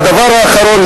ההערה השנייה,